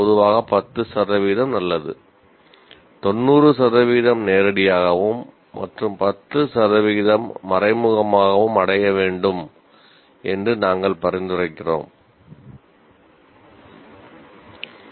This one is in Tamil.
பொதுவாக 10 சதவிகிதம் நல்லது 90 சதவிகிதம் நேரடியாகவும் மற்றும் 10 சதவிகிதம் மறைமுகமாகவும் அடைய வேண்டும் என்று நாங்கள் பரிந்துரைக்கிறோம்